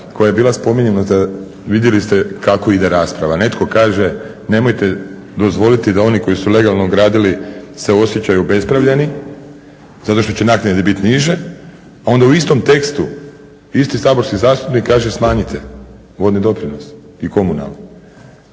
koja je bila spomenuta vidjeli ste kako ide rasprava. Netko kaže nemojte dozvoliti da oni koji su legalno graditi se osjećaju obespravljeni zato što će naknade biti niže. A onda u istom tekstu isti saborski zastupnik kaže smanjite vodne i komunalne